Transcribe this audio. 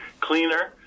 cleaner